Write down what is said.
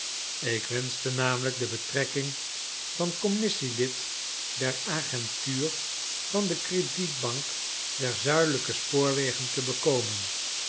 ik wenschte namelijk de betrekking van commissielid der agentuur van de credietbank der zuidelijke spoorwegen te bekomen